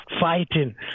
fighting